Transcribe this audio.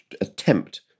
attempt